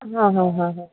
हाँ हाँ हाँ हाँ